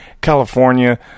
California